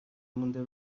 مونده